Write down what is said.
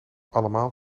allemaal